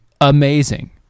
amazing